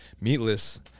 Meatless